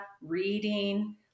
reading